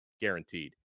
guaranteed